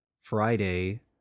Friday